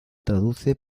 traduce